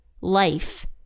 life